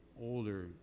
older